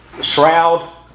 shroud